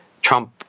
Trump